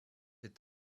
est